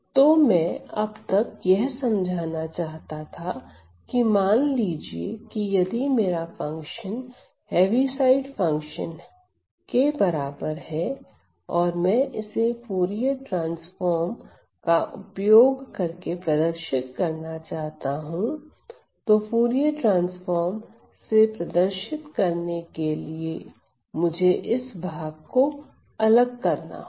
तो मैं अब तक यह समझाना चाहता था कि मान लीजिए की यदि मेरा फंक्शन हैवी साइड फंक्शन के बराबर है और मैं इसे फूरिये ट्रांसफॉर्म का उपयोग करके प्रदर्शित करना चाहता हूं तो फूरिये ट्रांसफॉर्म से प्रदर्शित करने के लिए मुझे इस भाग को अलग करना होगा